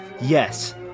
Yes